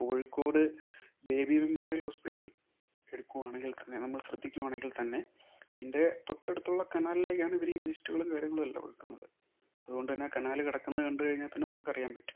Kozhikode baby memorial hospital എടുക്കുകയാണെങ്കിൽ തന്നെ നമ്മൾ ശ്രദ്ധിക്കുകയാണെങ്കിൽ തന്നെ അതിൻ്റെ തൊട്ടടുത്തുള്ള കനാലിലേക്കാണ് ഇവരീ വേസ്റ്റുകളും കാര്യങ്ങളും എല്ലാം ഒഴുക്കുന്നത് അതുകൊണ്ട് തന്നെ ആ കനാൽ കിടക്കുന്നത് കണ്ട് കഴിഞ്ഞാൽ തന്നെ നമുക്ക് അറിയാൻ പറ്റും